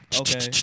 okay